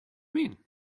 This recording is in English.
mean